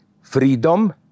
freedom